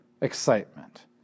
excitement